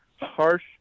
harsh